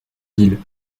ville